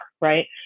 right